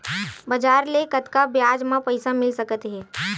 बजार ले कतका ब्याज म पईसा मिल सकत हे?